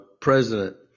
president